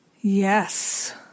Yes